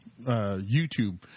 YouTube